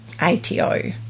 ATO